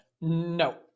No